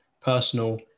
personal